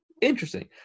Interesting